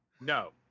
No